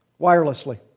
wirelessly